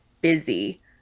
busy